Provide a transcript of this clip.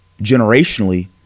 Generationally